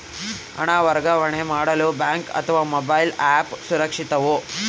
ಹಣ ವರ್ಗಾವಣೆ ಮಾಡಲು ಬ್ಯಾಂಕ್ ಅಥವಾ ಮೋಬೈಲ್ ಆ್ಯಪ್ ಸುರಕ್ಷಿತವೋ?